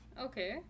Okay